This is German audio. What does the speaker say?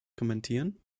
kommentieren